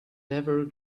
never